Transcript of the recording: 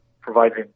providing